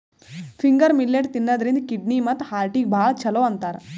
finger millet ತಿನ್ನದ್ರಿನ್ದ kidney ಮತ್ತ್ ಹಾರ್ಟಿಗ್ ಭಾಳ್ ಛಲೋ ಅಂತಾರ್